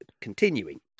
continuing